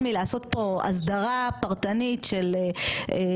היא לעשות פה אסדרה פרטנית של תהליך,